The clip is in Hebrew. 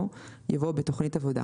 או" יבוא "בתוכנית עבודה",